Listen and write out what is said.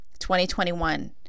2021